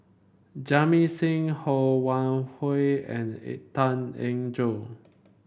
Jamit Singh Ho Wan Hui and Tan Eng Joo